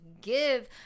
give